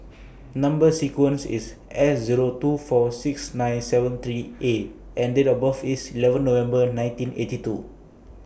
Number sequence IS S Zero two four six nine seven three A and Date of birth IS eleven November nineteen eighty two